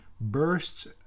bursts